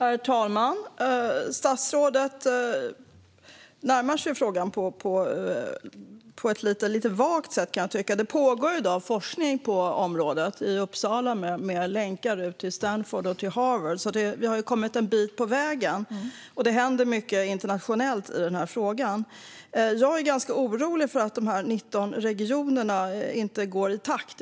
Herr talman! Statsrådet närmar sig frågan på ett lite vagt sätt, kan jag tycka. Det pågår i dag forskning på området i Uppsala med länkar ut till Stanford och till Harvard, så det har ju kommit en bit på vägen och händer mycket internationellt i frågan. Jag är ganska orolig för att de 19 regionerna inte går i takt.